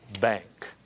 bank